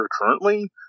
currently